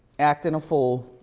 acting a fool.